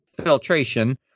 filtration